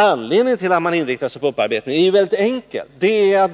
Förklaringen till att man ändå gjorde det är väldigt enkel: